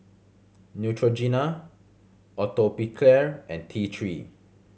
Neutrogena Atopiclair and T Three